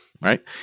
right